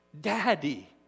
Daddy